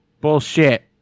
Bullshit